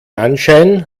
anschein